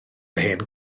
hen